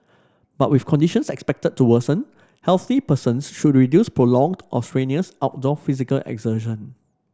but with conditions expected to worsen healthy persons should reduce prolonged or strenuous outdoor physical exertion